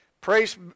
Praise